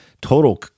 total